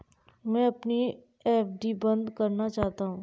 मैं अपनी एफ.डी बंद करना चाहता हूँ